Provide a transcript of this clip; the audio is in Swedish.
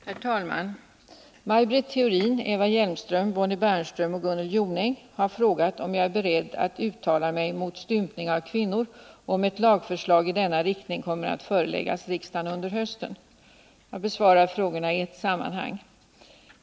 Herr talman! Maj Britt Theorin, Eva Hjelmström, Bonnie Bernström och Gunnel Jonäng har frågat om jag är beredd att uttala mig mot stympning av kvinnor och om ett lagförslag i denna riktning kommer att föreläggas riksdagen under hösten. Jag besvarar frågorna i ett sammanhang.